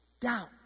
Doubt